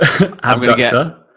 abductor